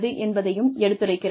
என்பதையும் எடுத்துரைக்கிறது